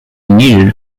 needed